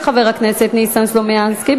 של חבר הכנסת ניסן סלומינסקי,